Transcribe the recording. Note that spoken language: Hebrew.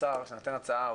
כשהוא נותן הצעה,